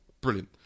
brilliant